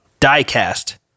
Diecast